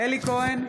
אלי כהן,